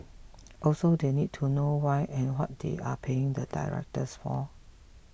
also they need to know why and what they are paying the directors for